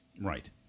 right